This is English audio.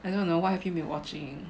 I don't know what have you been watching